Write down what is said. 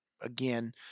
again